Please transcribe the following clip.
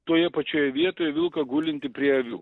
toje pačioje vietoje vilką gulintį prie avių